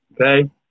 Okay